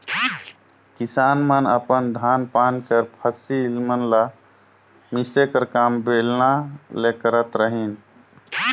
किसान मन अपन धान पान कर फसिल मन ल मिसे कर काम बेलना ले करत रहिन